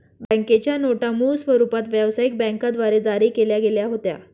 बँकेच्या नोटा मूळ स्वरूपात व्यवसायिक बँकांद्वारे जारी केल्या गेल्या होत्या